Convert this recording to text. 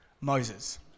Moses